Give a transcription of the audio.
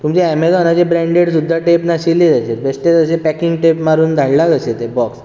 तुमचे एमेजॉनाचे ब्रेण्डेड सुद्दां टेप नाशिल्ली तेजेर बेश्टें अशें पॅकींग टेप मारून धाडलां कशें तें बॉक्स